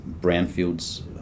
brownfields